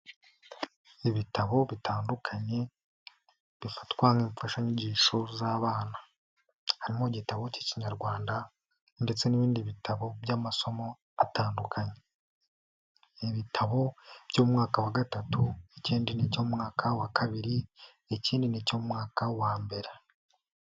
Ibitabo bitandukanye, bifatwa nk'imfashanyigisho z'abana. Harimo igitabo cy'Ikinyarwanda ndetse n'ibindi bitabo by'amasomo atandukanye. Ni ibitabo by'umwaka wa gatatu,, ikindi nicyo mu mwaka wa kabiri, ikind ni icy'umwaka wa mbere.